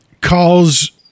calls